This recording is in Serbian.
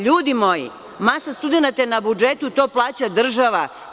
Ljudi moji, masa studenata je na budžetu i to plaća država.